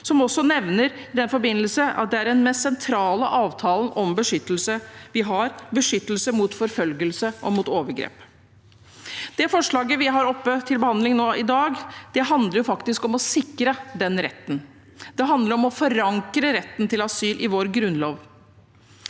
som også nevner den mest sentrale avtalen om beskyttelse vi har: beskyttelse mot forfølgelse og mot overgrep. Det forslaget vi har til behandling nå i dag, handler faktisk om å sikre den retten. Det handler om å forankre retten til asyl i vår grunnlov.